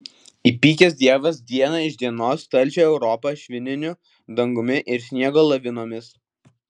įpykęs dievas diena iš dienos talžė europą švininiu dangumi ir sniego lavinomis